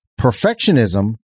Perfectionism